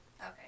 Okay